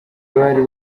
bari